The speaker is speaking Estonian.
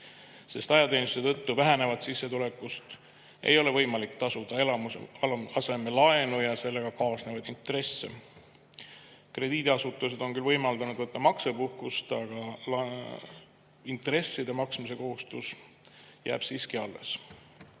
sest ajateenistuse tõttu vähenevast sissetulekust ei ole võimalik tasuda eluasemelaenu ja sellega kaasnevaid intresse. Krediidiasutused on küll võimaldanud võtta maksepuhkust, aga intresside maksmise kohustus jääb siiski alles.